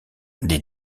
des